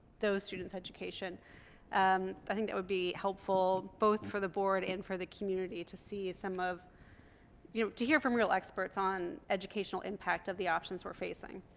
those students education and i think it would be helpful both for the board and for the community to see some of you know to hear from real experts on educational impact of the options we're facing.